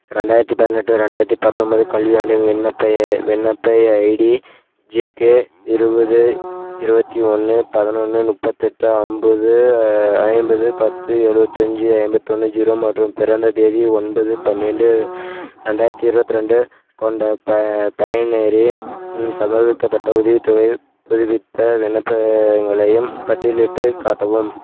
ரெண்டாயிரத்தி பதினெட்டு ரெண்டாயிரத்தி பத்தொம்போது கல்வியாண்டில் விண்ணப்ப விண்ணப்ப ஐடி ஜே கே இருபது இருபத்தி ஒன்று பதினொன்று முப்பத்தெட்டு ஐம்பது ஐம்பது பத்து எழுவத்தஞ்சி ஐம்பத்தொன்று ஜீரோ மற்றும் பிறந்த தேதி ஒன்பது பன்னிரெண்டு ரெண்டாயிரத்தி இருவத்திரெண்டு கொண்ட பயனரின் சமர்ப்பிக்கப்பட்ட உதவித்தொகைப் புதுப்பித்த விண்ணப்பங்களையும் பட்டியலிட்டுக் காட்டவும்